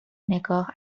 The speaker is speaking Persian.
نگاه